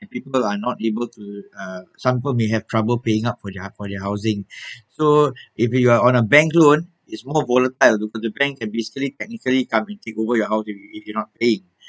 the people are not able to uh some people may have trouble paying up for their for their housing so if you are on a bank loan is more volatile because the bank can be strict technically come and take over your house if you you do not pay